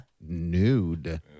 Nude